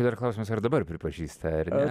ir dar klausimas ar dabar pripažįsta ar ne